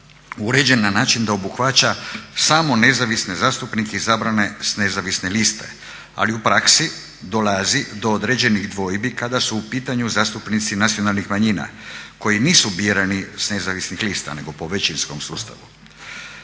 uređen na način da obuhvaća samo nezavisne zastupnike izabrane s nezavisne liste. Ali u praksi dolazi do određenih dvojbi kada su u pitanju zastupnici nacionalnih manjina koji nisu birani s nezavisnih lista nego po većinskom sustavu.